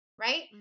Right